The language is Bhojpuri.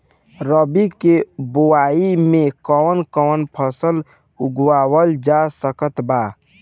रबी के बोआई मे कौन कौन फसल उगावल जा सकत बा?